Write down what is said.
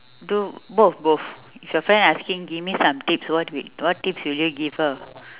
do both both if your friend asking give me some tips what wi~ what tips will you give her